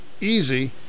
easy